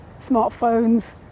smartphones